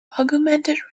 augmented